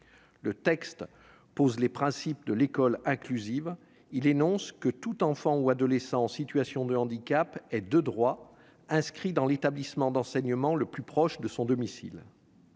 Le texte pose les principes de l'école inclusive et prévoit que tout enfant ou adolescent en situation de handicap est de droit inscrit dans l'établissement d'enseignement le plus proche de son domicile.